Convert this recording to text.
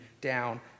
down